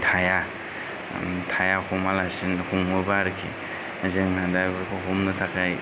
थाया थाया हमालासिनो हमोबा आरोखि जोंहा दा बेखौ हमनो थाखाय